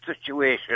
situation